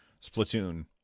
Splatoon